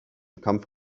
kampf